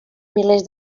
milers